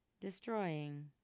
destroying